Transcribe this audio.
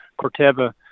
Corteva